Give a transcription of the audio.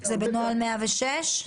זה בנוהל 106?